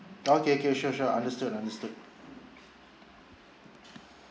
okay okay sure sure understood understood